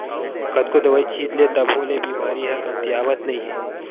कतनो दवई छित ले तभो ले बेमारी ह कमतियावत नइ हे